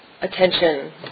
attention